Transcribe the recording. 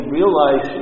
realize